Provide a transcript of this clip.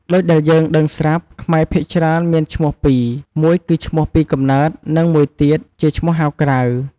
ដូចដែលយើងដឹងស្រាប់ ខ្មែរភាគច្រើនមានឈ្មោះពីរ មួយគឺឈ្មោះពីកំណើត និង មួយទៀតជាឈ្មោះហៅក្រៅ។